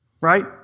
right